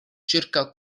ĉirkaŭ